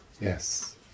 Yes